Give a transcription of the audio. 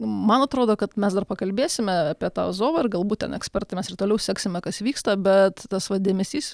man atrodo kad mes dar pakalbėsime apie tą azovą ir galbūt ten ekspertai mes ir toliau seksime kas vyksta bet tas vat dėmesys